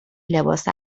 لباس